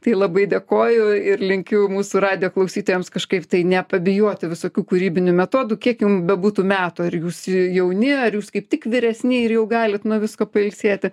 tai labai dėkoju ir linkiu mūsų radijo klausytojams kažkaip tai nepabijoti visokių kūrybinių metodų kiek jum bebūtų metų ar jūs jauni ar jūs kaip tik vyresni ir jau galit nuo visko pailsėti